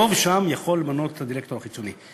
רוב שם יכול למנות את הדירקטור החיצוני.